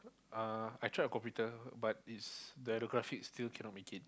uh I tried the computer but it's the graphics still cannot make it